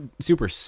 super